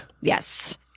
Yes